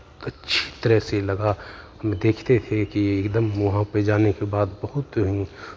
अच्छी तरह से लगा हम देखते थे कि एकदम वहाँ पे जाने के बाद बहुत ही